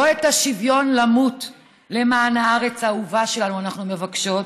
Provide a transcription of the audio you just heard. לא את השוויון למות למען הארץ האהובה שלנו אנחנו מבקשות,